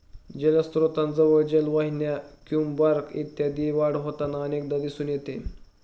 जलस्त्रोतांजवळ जलवाहिन्या, क्युम्पॉर्ब इत्यादींची वाढ होताना अनेकदा दिसून येते